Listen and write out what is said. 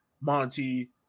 Monty